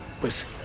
Pues